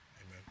Amen